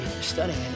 studying